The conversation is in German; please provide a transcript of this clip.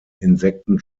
insekten